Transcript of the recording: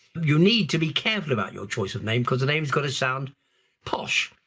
you need to be careful about your choice of name because the name has got to sound posh.